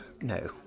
No